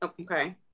Okay